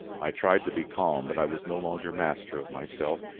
i tried to be calm but i was no longer master of myself,